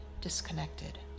disconnected